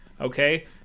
Okay